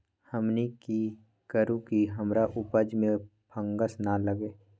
हमनी की करू की हमार उपज में फंगस ना लगे?